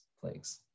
plagues